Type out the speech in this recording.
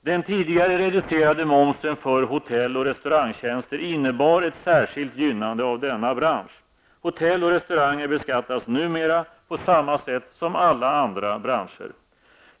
Den tidigare reducerade momsen för hotell och restaurangtjänster innebar ett särskilt gynnande av denna bransch. Hotell och restauranger beskattas numera på samma sätt som alla andra branscher.